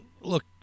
look